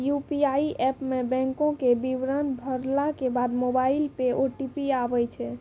UPI app मे बैंको के विबरण भरला के बाद मोबाइल पे ओ.टी.पी आबै छै